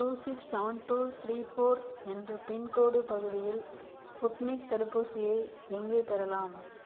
two six seven two three four என்ற pincode பகுதியில் Sputnik தடுப்பூசியை எங்கே பெறலாம்